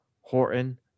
Horton